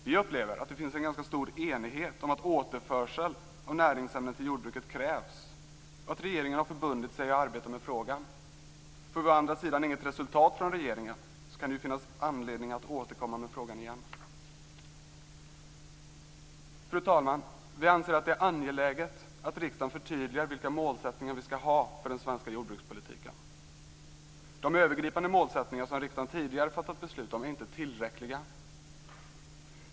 Vi upplever att det finns en ganska stor enighet om att återförsel av näringsämnen till jordbruket krävs och att regeringen har förbundit sig att arbeta med frågan. Får vi å andra sidan inget resultat från regeringen kan det ju finnas anledning att återkomma med frågan igen. Fru talman! Vi anser att det är angeläget att riksdagen förtydligar vilka målsättningar som vi skall ha för den svenska jordbrukspolitiken. De övergripande målsättningar som riksdagen tidigare har fattat beslut om är inte tillräckliga.